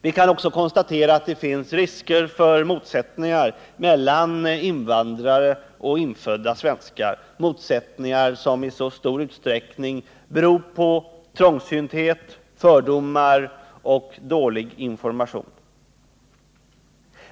Vi kan också konstatera att det finns risker för motsättningar mellan invandrare och infödda svenskar, motsättningar som i stor utsträckning beror på trångsynthet, fördomar och dålig information.